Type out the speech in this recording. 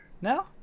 No